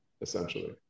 essentially